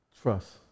trust